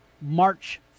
March